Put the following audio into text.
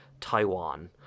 Taiwan